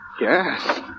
Yes